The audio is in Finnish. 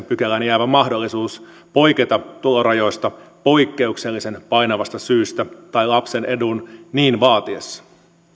pykälään jäävä mahdollisuus poiketa tulorajoista poikkeuksellisen painavasta syystä tai lapsen edun niin vaatiessa